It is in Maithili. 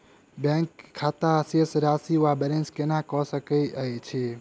बैंक खाता शेष राशि वा बैलेंस केना कऽ सकय छी?